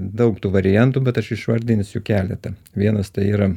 daug tų variantų bet aš išvardinsiu keletą vienas tai yra